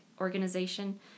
organization